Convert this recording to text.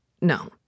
No